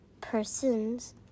persons